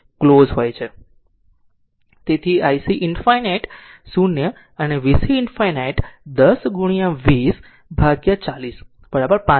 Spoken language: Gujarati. તેથી ic ∞ 0 અને vc ∞ 10 ગુણ્યા 20 ભાગ્યા 40 5 વોલ્ટ હશે